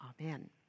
Amen